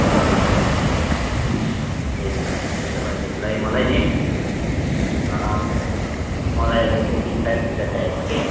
अच्छा अच्छा त्यही छ ठिक छ त्यसो भनेदेखिलाई मलाई नि मलाई त्यस्तै बिस तारिकतिर चाहिएको छ कि